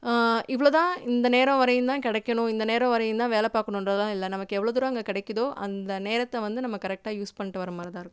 இவ்வளோதான் இந்த நேரம் வரையும்தான் கிடைக்கணும் இந்த நேரம் வரையும்தான் வேலை பார்க்கணுன்றதுலாம் இல்லை நமக்கு எவ்வளோ தூரம் அங்கே கிடைக்குதோ அந்த நேரத்தை வந்து நம்ம கரெக்டாக யூஸ் பண்ணிட்டு வர மாதிரிதான் இருக்கும்